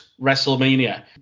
WrestleMania